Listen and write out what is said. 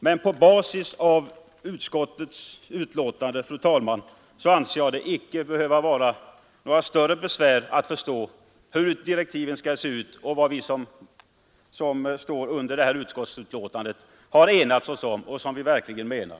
Men på basis av utskottets betänkande, fru talman, anser jag det inte behöva vara några större besvär att förstå hur direktiven skall se ut och vad vi som står under detta utskottsbetänkande har enats om och verkligen menar.